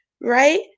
right